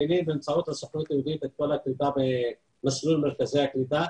באמצעות הסוכנות היהודית את כל הקליטה במרכזי הקליטה.